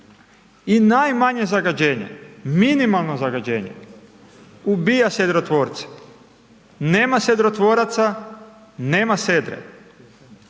I najmanje zagađenje, minimalno zagađenje ubija sedrotvorce. Nema se sedrotvoraca, nema sedre.